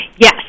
Yes